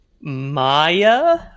Maya